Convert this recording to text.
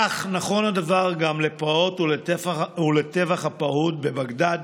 כך נכון הדבר גם לפרעות ולטבח הפרהוד בבגדאד